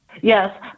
Yes